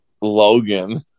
Logan